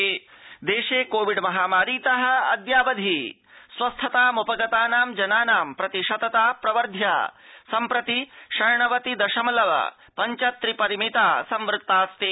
COVID स्वस्थजनप्रतिशतता देशे Covid महामारीतः अद्यावधि स्वस्थताम्पगतानां जनानां प्रतिशतता प्रवर्ध्य सम्प्रति षण्णवति दशमलव पञ्च त्रि परिमिता संवृत्ताऽस्ति